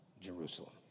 Jerusalem